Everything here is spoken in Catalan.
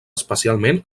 especialment